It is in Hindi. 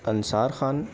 अंसार खान